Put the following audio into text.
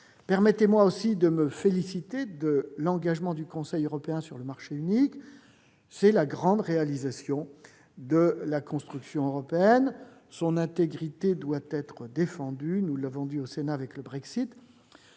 Permettez-moi aussi de me féliciter de l'engagement du Conseil européen sur le marché unique. Il s'agit là de la grande réalisation de la construction européenne ; son intégrité doit être défendue- nous l'avons dit, au Sénat, à propos du Brexit.